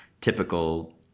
typical